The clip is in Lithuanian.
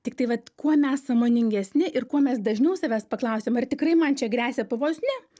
tiktai vat kuo mes sąmoningesni ir kuo mes dažniau savęs paklausiam ar tikrai man čia gresia pavojus ne